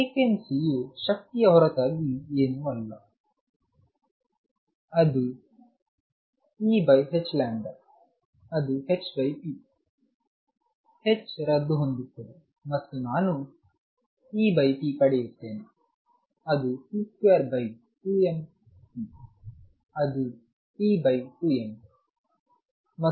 ಫ್ರೀಕ್ವೆನ್ಸಿಯು ಶಕ್ತಿಯ ಹೊರತಾಗಿ ಏನೂ ಅಲ್ಲ ಅದು Eh ಅದು hp h ರದ್ದು ಹೊಂದುತ್ತದೆ ಮತ್ತು ನಾನು Epಪಡೆಯುತ್ತೇನೆ ಅದು p22mp ಅದು p2m ಮತ್ತು ಅದು vparticle 2